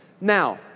Now